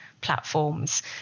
platforms